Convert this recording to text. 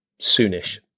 soonish